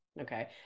okay